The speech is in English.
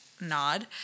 nod